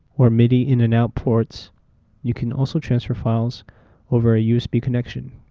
or midi in and out ports you can also transfer files over a usb connection.